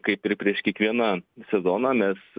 kaip ir prieš kiekvieną sezoną mes